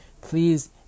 please